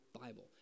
Bible